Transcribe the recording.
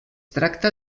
tracta